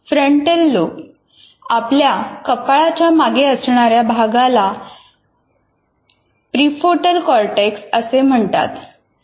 frontal lobe आपल्या कपाळाच्या मागे असणाऱ्या भागाला प्रिफ्रोंटल कॉर्टेक्स असे म्हणतात